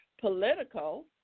political